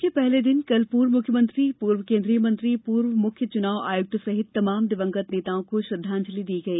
सत्र के पहले दिन कल पूर्व मुख्यमंत्री पूर्व केन्द्रीय मंत्री पूर्व मुख्य चूनाव आयुक्त सहित तमाम दिवंगत नेताओं को श्रद्वांजलि दी गई